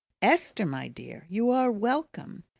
esther, my dear, you are welcome.